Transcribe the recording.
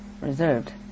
reserved